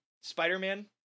spider-man